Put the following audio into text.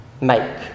make